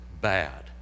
bad